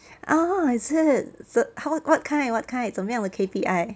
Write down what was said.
oh is it the how what kind what kind 怎么样的 K_P_I